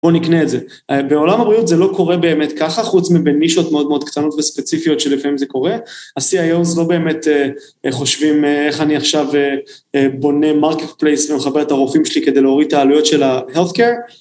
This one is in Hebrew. בואו נקנה את זה. בעולם הבריאות זה לא קורה באמת ככה, חוץ מבין נישות מאוד מאוד קטנות וספציפיות שלפעמים זה קורה, ה-CIO לא באמת חושבים איך אני עכשיו בונה מרקפלייסט ומחבר את הרופאים שלי כדי להוריד את העלויות של ה-health care.